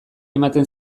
ematen